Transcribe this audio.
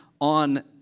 on